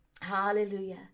Hallelujah